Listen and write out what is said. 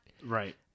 Right